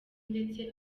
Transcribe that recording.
ndetse